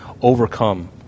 overcome